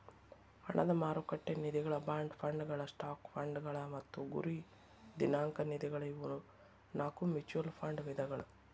ಹಣದ ಮಾರುಕಟ್ಟೆ ನಿಧಿಗಳ ಬಾಂಡ್ ಫಂಡ್ಗಳ ಸ್ಟಾಕ್ ಫಂಡ್ಗಳ ಮತ್ತ ಗುರಿ ದಿನಾಂಕ ನಿಧಿಗಳ ಇವು ನಾಕು ಮ್ಯೂಚುಯಲ್ ಫಂಡ್ ವಿಧಗಳ